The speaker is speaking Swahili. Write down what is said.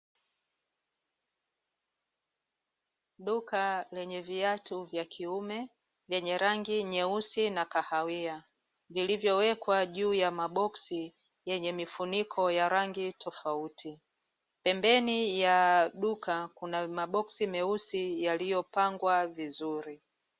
Duka lenye viatu vya kiume vyenye rangi nyeusi na kahawia vilivyowekwa juu ya maboksi yenye mifuniko ya rangi tofauti. Pembeni ya duka kuna maboksi meusi yaliyopangwa vizuri.